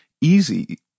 easy